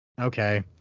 okay